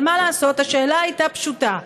אבל מה לעשות, השאלה הייתה פשוטה: